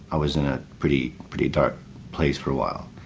i was in a pretty pretty dark place for a while.